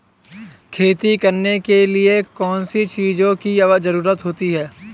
खेती करने के लिए कौनसी चीज़ों की ज़रूरत होती हैं?